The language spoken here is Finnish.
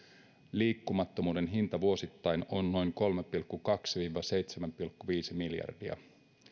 liikkumattomuuden hinta vuosittain on noin kolme pilkku kaksi viiva seitsemän pilkku viisi miljardia